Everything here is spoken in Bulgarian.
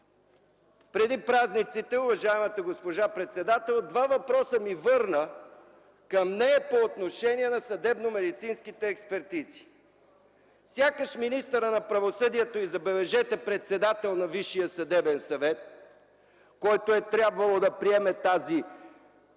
Преди празниците уважаемата госпожа председател ми върна два въпроса към нея по отношение на съдебномедицинските експертизи. Сякаш министърът на правосъдието и забележете, председател на Висшия съдебен съвет, който е трябвало да приеме тази